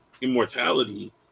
immortality